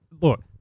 look